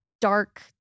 dark